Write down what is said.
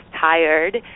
tired